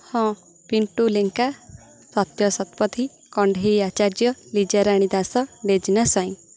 ହଁ ପିଣ୍ଟୁ ଲେଙ୍କା ସତ୍ୟ ସତପଥୀ କଣ୍ଢେଇ ଆଚାର୍ଯ୍ୟ ଲିଜାରାଣୀ ଦାସ ଲେଜନା ସ୍ଵାଇଁ